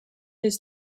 his